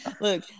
Look